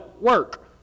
work